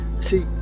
See